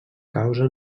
causa